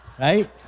Right